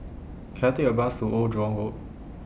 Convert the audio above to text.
Can I Take A Bus to Old Jurong Road